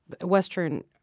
Western